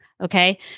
Okay